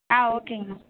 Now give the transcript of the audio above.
ஆ ஓகேங்க மேம்